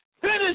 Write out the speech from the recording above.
Finish